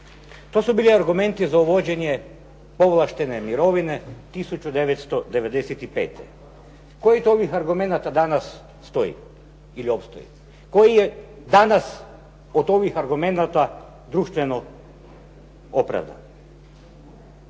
To su bili argumenti za uvođenje povlaštene mirovine 1995. koji od ovih argumenata danas stoji ili opstoji? Koji je danas od ovih argumenata društveno opravdan?